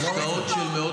אני אתחיל קריאות.